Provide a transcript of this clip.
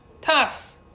Toss